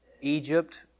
Egypt